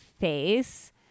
face